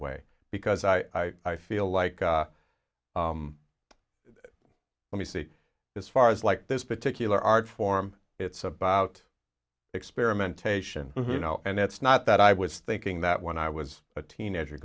way because i feel like when you see this far as like this particular art form it's about experimentation you know and it's not that i was thinking that when i was a teenager